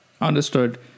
Understood